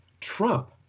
Trump